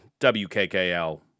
WKKL